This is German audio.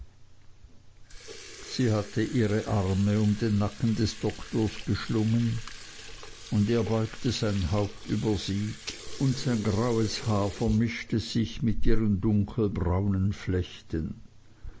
sie hatte ihre arme um den nacken des doktors geschlungen und er beugte sein haupt über sie und sein graues haar vermischte sich mit ihren dunkelbraunen flechten